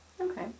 Okay